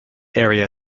area